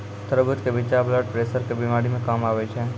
तरबूज के बिच्चा ब्लड प्रेशर के बीमारी मे काम आवै छै